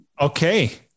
Okay